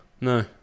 No